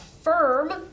firm